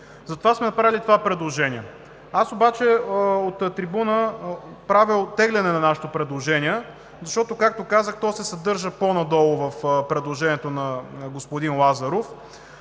затова сме направили това предложение. Аз обаче от трибуната оттеглям нашето предложение, защото, както казах, то се съдържа по-надолу в предложението на господин Лазаров.